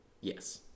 Yes